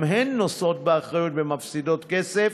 גם הן נושאות באחריות ומפסידות כסף,